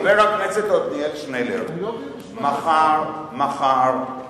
חבר הכנסת עתניאל שנלר, חוקרים ארגונים.